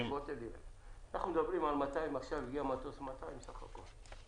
-- אנחנו מדברים עכשיו על מטוס של 200 בסך הכל.